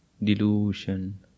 Delusion